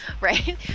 right